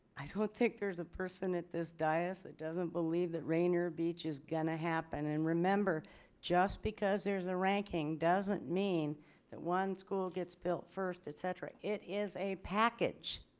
i don't think there's a person in this dais that doesn't believe that rainier beach is going to happen. and remember just because there's a ranking doesn't mean that one school gets built first etc. it is a package